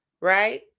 right